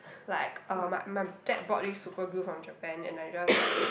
like uh my my dad bought this superglue from Japan and I just like